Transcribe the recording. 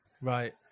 Right